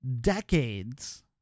decades